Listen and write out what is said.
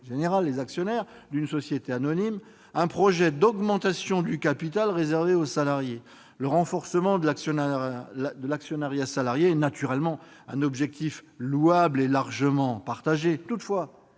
générale des actionnaires d'une société anonyme un projet d'augmentation du capital réservée aux salariés. Le renforcement de l'actionnariat salarié est naturellement un objectif louable et largement partagé. Toutefois,